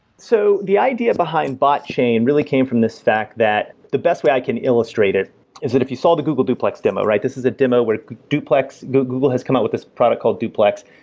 so the idea behind botchain really came from this fact that the best way i can illustrate it is that if you saw the google duplex demo, right, this is a demo where duplex google has come up with this product called duplex.